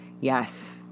Yes